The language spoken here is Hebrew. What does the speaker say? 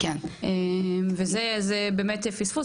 וזה באמת פספוס.